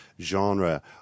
genre